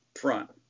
front